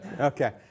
Okay